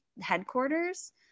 headquarters